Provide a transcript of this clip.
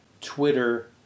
Twitter